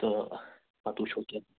تہٕ پتہٕ وُچھُو کیٛاہ